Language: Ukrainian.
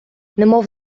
немов